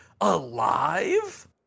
alive